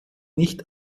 nicht